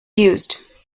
used